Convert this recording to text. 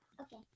Okay